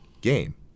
Game